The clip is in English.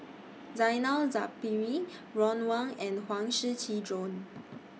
Zainal Sapari Ron Wong and Huang Shiqi Joan